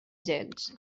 gens